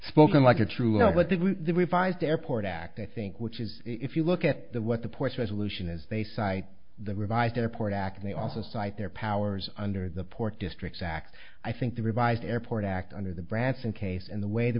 spoken like a true will but that was the revised airport act i think which is if you look at the what the ports resolution is they cite the revised airport act and they also cite their powers under the port district act i think the revised airport act under the branson case in the way t